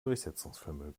durchsetzungsvermögen